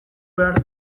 behar